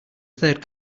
third